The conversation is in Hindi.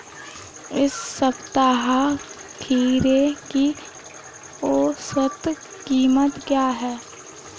इस सप्ताह खीरे की औसत कीमत क्या है?